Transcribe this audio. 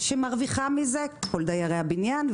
שמרוויחה מזה כל דיירי הבניין,